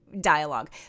Dialogue